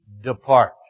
Depart